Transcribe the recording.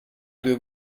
due